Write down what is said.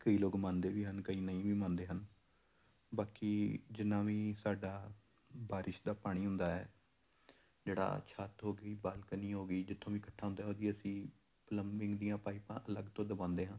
ਕਈ ਲੋਕ ਮੰਨਦੇ ਵੀ ਹਨ ਕਈ ਨਹੀਂ ਵੀ ਮੰਨਦੇ ਹਨ ਬਾਕੀ ਜਿੰਨਾ ਵੀ ਸਾਡਾ ਬਾਰਿਸ਼ ਦਾ ਪਾਣੀ ਹੁੰਦਾ ਹੈ ਜਿਹੜਾ ਛੱਤ ਹੋ ਗਈ ਬਾਲਕਨੀ ਹੋ ਗਈ ਜਿੱਥੋਂ ਵੀ ਇਕੱਠਾ ਹੁੰਦਾ ਹੈ ਉਹਦੀ ਅਸੀਂ ਪਲੰਮਿੰਗ ਦੀਆਂ ਪਾਈਪਾਂ ਅਲੱਗ ਤੋਂ ਦਬਾਉਂਦੇ ਹਾਂ